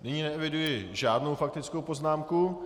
Nyní neeviduji žádnou faktickou poznámku.